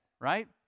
right